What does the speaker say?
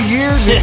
Year's